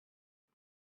him